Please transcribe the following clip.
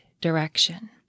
direction